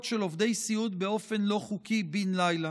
של עובדי סיעוד באופן לא חוקי בן לילה.